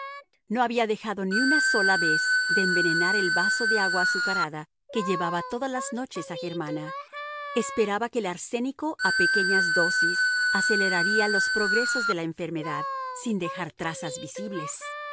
no había dejado ni sola vez de envenenar el vaso de agua azucarada que llevaba todas las noches a germana esperaba que el arsénico a pequeñas dosis aceleraría los progresos de la enfermedad sin dejar trazas visibles